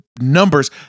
Numbers